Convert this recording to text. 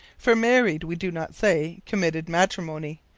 for married we do not say committed matrimony.